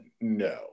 no